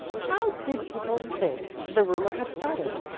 how did people think the rumor had started?